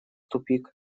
тупик